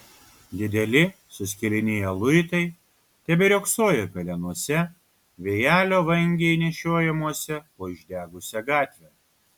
dideli suskilinėję luitai teberiogsojo pelenuose vėjelio vangiai nešiojamuose po išdegusią gatvę